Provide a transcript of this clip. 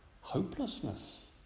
hopelessness